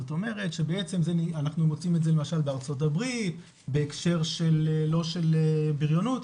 אנחנו מוצאים את זה למשל בארצות הברית בהקשר לא של בריונות,